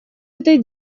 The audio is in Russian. этой